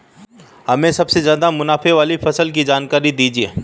हमें सबसे ज़्यादा मुनाफे वाली फसल की जानकारी दीजिए